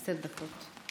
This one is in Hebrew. עשר דקות.